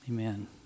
Amen